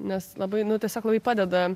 nes labai nu tiesiog labai padeda